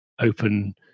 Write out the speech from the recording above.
open